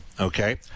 okay